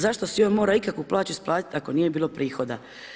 Zašto si je on morao ikakvu plaću isplatiti, ako nije bilo prihoda.